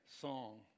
song